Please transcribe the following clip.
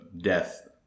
death